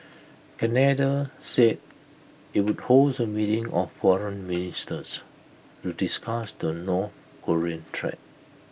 Canada said IT would host A meeting of foreign ministers to discuss the north Korean threat